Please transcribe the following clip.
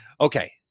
Okay